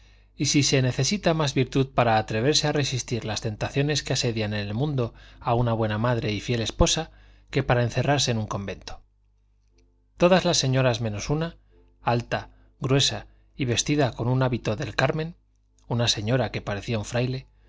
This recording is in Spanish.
y si se necesita más virtud para atreverse a resistir las tentaciones que asedian en el mundo a una buena madre y fiel esposa que para encerrarse en un convento todas las señoras menos una alta gruesa y vestida con hábito del carmen una señora que parecía un fraile sostenían que tiene más